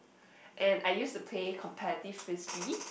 and I used to play competitive Frisbee